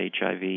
HIV